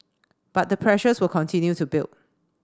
but the pressures will continue to build